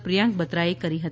પ્રિયાંક બત્રાએ કરી હતી